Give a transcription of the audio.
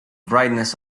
brightness